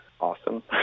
awesome